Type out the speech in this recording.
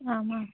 आमाम्